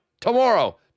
tomorrow